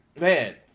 man